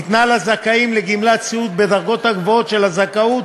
ניתנה לזכאים לגמלת סיעוד בדרגות הגבוהות של הזכאות,